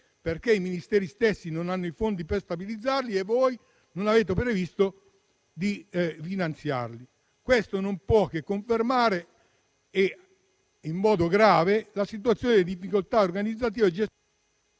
dai Ministeri, che non hanno i fondi per stabilizzarli e voi non avete previsto di finanziarli. Questo non può che confermare, in modo grave, la situazione di difficoltà organizzativa e gestionale